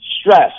Stress